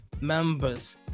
members